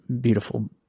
beautiful